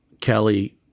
Kelly